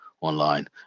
online